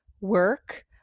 work